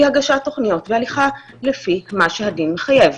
היא הגשת תוכניות והליכה לפי מה שהדין מחייב.